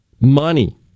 money